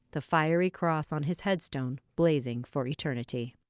the fiery cross on his headstone blazing for eternity.